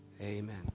Amen